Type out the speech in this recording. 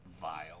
vile